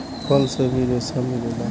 फल से भी रेसा मिलेला